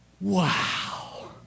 Wow